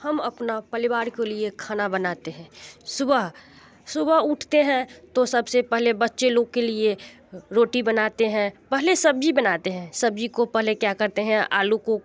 हम अपना परिवार को लिए खाना बनाते हैं सुबह सुबह उठते हैं तो सबसे पहले बच्चे लोग के लिए रोटी बनाते हैं पहले सब्जी बनाते हैं सब्जी को पहले क्या करते हैं आलू को